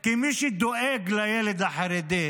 כמי שדואג לילד החרדי,